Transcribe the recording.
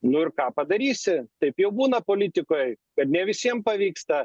nu ir ką padarysi taip jau būna politikoj kad ne visiem pavyksta